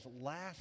Last